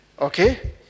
Okay